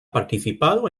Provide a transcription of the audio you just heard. participado